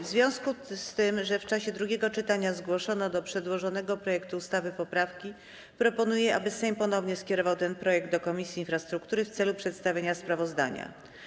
W związku z tym, że w czasie drugiego czytania zgłoszono do przedłożonego projektu ustawy poprawki, proponuję, aby Sejm ponownie skierował ten projekt do Komisji Infrastruktury w celu przedstawienia sprawozdania.